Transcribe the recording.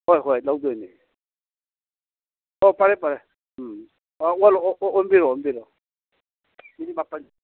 ꯍꯣꯏ ꯍꯣꯏ ꯂꯧꯗꯣꯏꯅꯤ ꯑꯧ ꯐꯔꯦ ꯐꯔꯦ ꯎꯝ ꯑꯣꯟꯕꯤꯔꯛꯑꯣ ꯑꯣꯟꯕꯤꯔꯛꯑꯣ